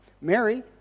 Mary